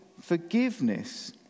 forgiveness